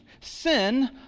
Sin